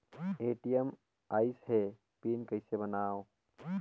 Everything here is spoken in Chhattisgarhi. ए.टी.एम आइस ह पिन कइसे बनाओ?